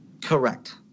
Correct